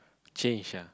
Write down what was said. change ah